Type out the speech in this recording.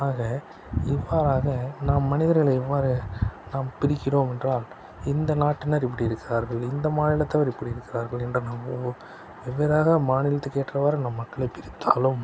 ஆக இவ்வாறாக நாம் மனிதர்களை எவ்வாறு நாம் பிரிக்கிறோம் என்றால் இந்த நாட்டினர் இப்படி இருக்கிறார்கள் இந்த மாநிலத்தவர் இப்படி இருக்கிறார்கள் என்று நாமும் வெவ்வேறாக மாநிலத்திற்கு ஏற்றவாறு நம் மக்களை பிரித்தாலும்